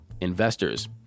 investors